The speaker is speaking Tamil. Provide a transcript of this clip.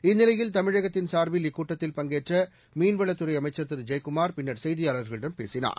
இந்நிலையில் தமிழகத்தின் சார்பில் இக்கூட்டத்தில் பங்கேற்றமீன்வளத்துறைஅமைச்சர் திருஜெயக்குமார் பின்னர் செய்தியாளர்களிடம் பேசினார்